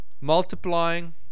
Multiplying